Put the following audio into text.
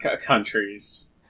countries